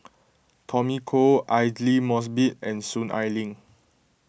Tommy Koh Aidli Mosbit and Soon Ai Ling